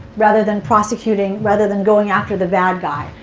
rather than prosecuting, rather than going after the bad guy.